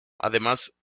además